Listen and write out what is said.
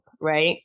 right